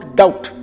doubt